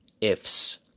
ifs